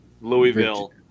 Louisville